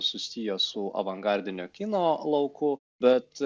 susiję su avangardinio kino lauku bet